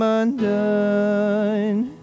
undone